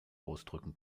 ausdrücken